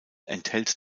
enthält